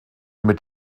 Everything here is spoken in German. mit